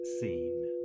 seen